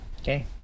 Okay